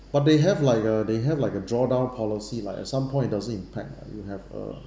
but they have like a they have like a draw down policy like at some point it doesn't impact lah you'll have a